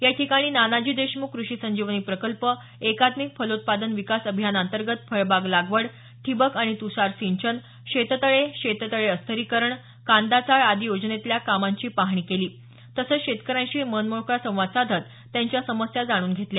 या ठिकाणी नानाजी देशमुख कृषी संजीवनी प्रकल्प एकात्मिक फलोत्पादन विकास अभियानांतर्गत फळबाग लागवड ठिबक आणि तुषार सिंचन शेततळे शेततळे अस्तरीकरण कांदाचाळ आदी योजनेतल्या कामांची पाहणी केली तसंच शेतकऱ्यांशी मनमोकळा संवाद साधत त्यांच्या समस्या जाणून घेतल्या